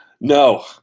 No